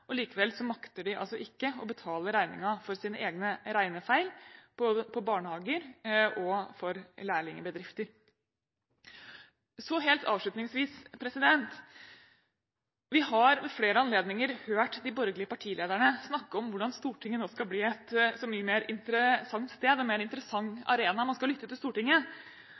denne. Likevel makter de ikke å betale regningen for sine egne regnefeil når det gjelder barnehager og lærligbedrifter. Så helt avslutningsvis: Vi har ved flere anledninger hørt de borgerlige partilederne snakke om hvordan Stortinget nå skal bli et så mye mer interessant sted, en mer interessant arena – man skal lytte til Stortinget.